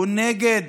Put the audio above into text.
הוא נגד